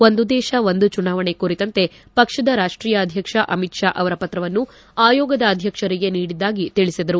ಒಂದು ದೇಶ ಒಂದು ಚುನಾವಣೆ ಕುರಿತಂತೆ ಪಕ್ಷದ ರಾಷ್ಷೀಯ ಅಧ್ಯಕ್ಷ ಅಮಿತ್ ಷಾ ಅವರ ಪತ್ರವನ್ನು ಆಯೋಗದ ಅಧ್ಯಕ್ಷರಿಗೆ ನೀಡಿದ್ದಾಗಿ ತಿಳಿಸಿದರು